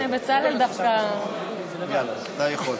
בצלאל דווקא, יאללה, אתה יכול.